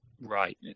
Right